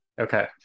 Okay